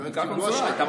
בדיקה קונסולרית.